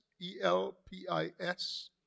E-L-P-I-S